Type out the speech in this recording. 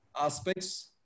aspects